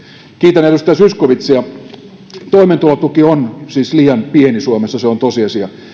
kiitän edustaja zyskowiczia toimeentulotuki on siis liian pieni suomessa se on tosiasia